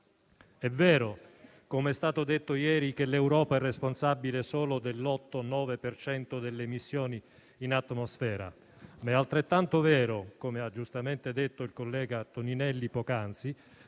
È vero, come è stato detto ieri, che l'Europa è responsabile solo dell'8-9 per cento delle emissioni in atmosfera, ma è altrettanto vero, come ha giustamente detto il collega Toninelli poc'anzi,